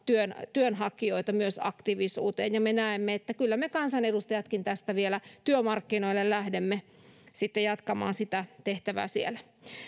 työnhakijoita aktiivisuuteen ja me näemme että kyllä me kansanedustajatkin tästä vielä työmarkkinoille lähdemme jatkamaan sitä tehtävää siellä